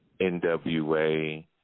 NWA